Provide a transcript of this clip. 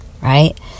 right